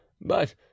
But